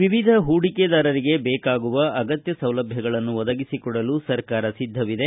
ವಿವಿಧ ಹೂಡಿಕೆದಾರರಿಗೆ ಬೇಕಾಗುವ ಅಗತ್ಯ ಸೌಲಭ್ವಗಳನ್ನು ಒದಗಿಸಿಕೊಡಲು ಸರ್ಕಾರ ಸಿದ್ದವಿದೆ